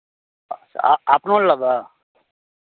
अच्छा आ अपनो लए लेबै